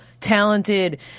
talented